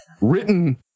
written